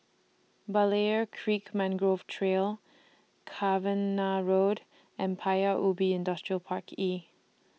Berlayer Creek Mangrove Trail Cavenagh Road and Paya Ubi Industrial Park E